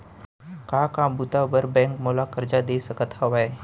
का का बुता बर बैंक मोला करजा दे सकत हवे?